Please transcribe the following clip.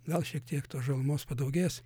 gal šiek tiek tos žalumos padaugės